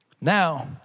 Now